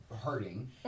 hurting